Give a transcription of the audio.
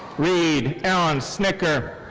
reed alan snitker.